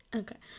okay